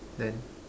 then